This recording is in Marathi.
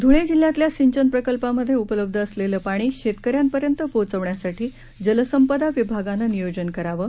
ध्रळेजिल्ह्यातल्यासिंचनप्रकल्पांमध्येउपलब्धअसलेलंपाणीशेतकऱ्यांपर्यंतपोहोचवण्यासाठीजलसंपदाविभागानंनियोजनकरावं